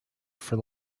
for